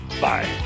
Bye